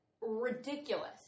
ridiculous